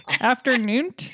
Afternoon